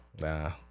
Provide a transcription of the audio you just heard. Nah